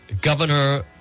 governor